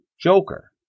Joker